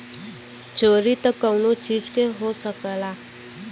चोरी त कउनो चीज के हो सकला